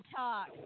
talk